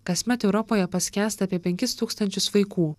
kasmet europoje paskęsta apie penkis tūkstančius vaikų